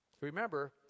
Remember